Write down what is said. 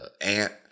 ant